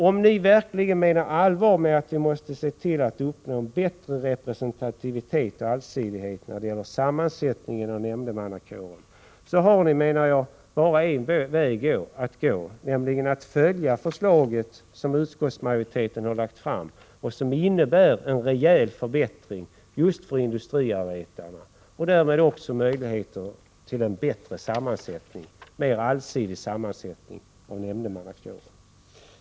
Om ni verkligen menar allvar med att vi måste se till att uppnå en bättre representativitet och allsidighet när det gäller sammansättningen av nämndemannakåren, så har ni, menar jag, bara en väg att gå, nämligen att följa utskottsmajoritetens förslag. Det innebär en rejäl förbättring just för industriarbetarna och därmed också möjligheter till en bättre — mer allsidig — sammansättning av nämndemannakåren.